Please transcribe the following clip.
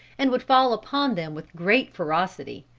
and would fall upon them with great ferocity.